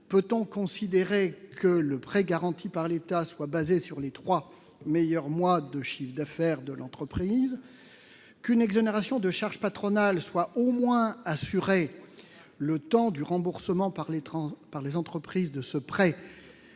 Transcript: pourrait-on considérer que le prêt garanti par l'État prenne en compte les trois meilleurs mois de chiffre d'affaires de l'entreprise et qu'une exonération de charges patronales soit au moins assurée le temps du remboursement par les entreprises de ce prêt,